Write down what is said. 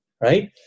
right